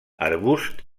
arbusts